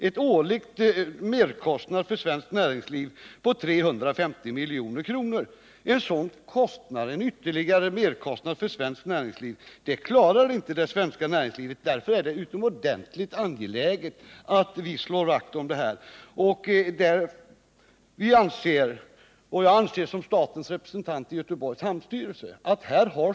En sådan årlig merkostnad på 350 milj.kr. klarar inte det svenska näringslivet. Därför är det utomordentligt angeläget att regeringen slår vakt om detta. Jag anser som statens representant i Göteborgs hamnstyrelse att staten här.